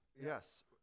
Yes